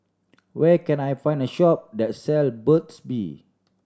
where can I find a shop that sell Burt's Bee